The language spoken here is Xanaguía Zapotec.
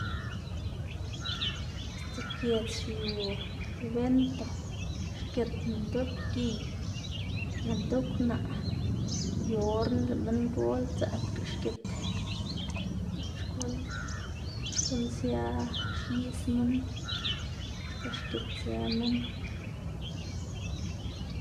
este giedz xiu ebento xgit minndoꞌ pgiy, minndoꞌ kwnaꞌ yu orna lëꞌ minngol, dzëꞌbga xgit diꞌl xkuꞌn xkuꞌn sia xis minn. Xka xgitzë minn.